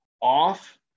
off